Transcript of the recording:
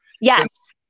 Yes